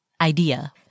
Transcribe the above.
idea